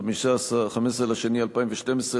15 בפברואר 2012,